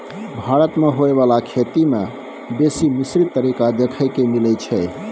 भारत मे होइ बाला खेती में बेसी मिश्रित तरीका देखे के मिलइ छै